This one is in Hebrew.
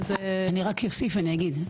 אני רק אוסיף ואגיד,